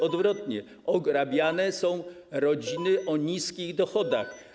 Odwrotnie: ograbiane są rodziny o niskich dochodach.